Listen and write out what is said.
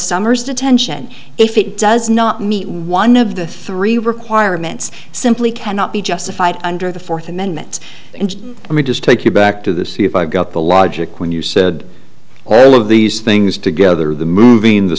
summer's detention if it does not meet one of the three hrs quire immense simply cannot be justified under the fourth amendment and let me just take you back to the see if i got the logic when you said all of these things together the moving